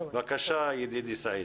בבקשש, ידידי סעיד.